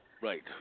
Right